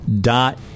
dot